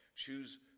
Choose